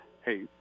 hey